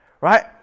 right